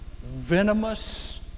venomous